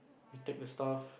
we take the stuff